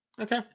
okay